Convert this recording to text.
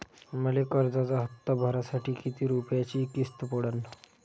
मले कर्जाचा हप्ता भरासाठी किती रूपयाची किस्त पडन?